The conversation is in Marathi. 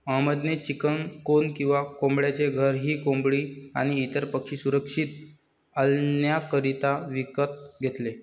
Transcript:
अहमद ने चिकन कोप किंवा कोंबड्यांचे घर ही कोंबडी आणी इतर पक्षी सुरक्षित पाल्ण्याकरिता विकत घेतले